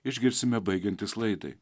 išgirsime baigiantis laidai